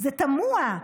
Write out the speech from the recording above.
זה תמוה.